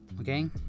Okay